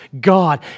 God